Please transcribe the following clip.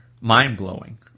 mind-blowing